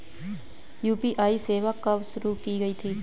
UPI सेवा कब शुरू की गई थी?